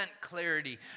clarity